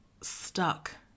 stuck